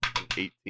Eighteen